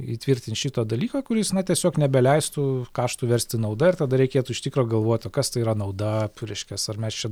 įtvirtint šito dalyko kuris na tiesiog nebeleistų kaštų versti nauda ir tada reikėtų iš tikro galvot o kas tai yra nauda p reiškias ar mes čia